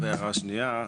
הערה שנייה.